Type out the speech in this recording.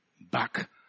Back